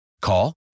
Call